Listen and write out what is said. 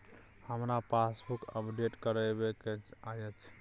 हमरा passbook update करैबे के अएछ?